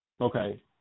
Okay